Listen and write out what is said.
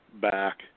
back